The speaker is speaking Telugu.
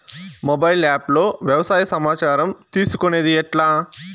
మొబైల్ ఆప్ లో వ్యవసాయ సమాచారం తీసుకొనేది ఎట్లా?